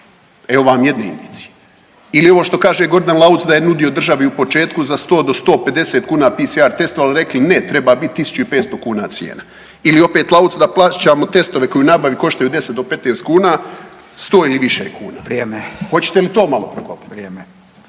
Evo vam jedne indicije ili ovo što kaže Gordan Lauc da je nudio državi u početku za 100 do 150 kuna PSR testove, ali rekli su ne, treba biti 1500 kuna cijena. Ili opet Lauc da plaćamo testove koji u nabavi koštaju 10 do 15 kuna sto ili više kuna. …/Upadica Radin: Vrijeme./… Hoćete li to malo …/Govornik se